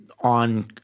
on